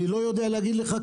אני לא יודע להגיד לך,